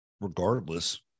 regardless